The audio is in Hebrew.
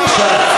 תנו לי